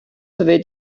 fyddi